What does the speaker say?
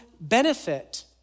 benefit